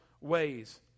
ways